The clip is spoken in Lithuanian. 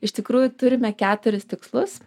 iš tikrųjų turime keturis tikslus